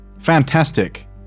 Fantastic